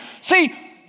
See